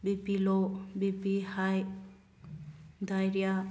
B P low B P high diarrhea